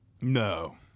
No